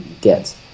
get